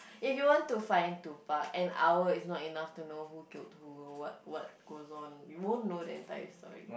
if you want to find Tupac an hour is not enough to know who killed who or what what goes on you won't know the entire story